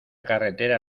carretera